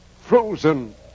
frozen